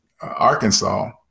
Arkansas